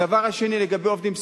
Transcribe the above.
הדבר השני, לגבי עובדים סוציאליים.